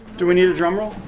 do we need a drumroll?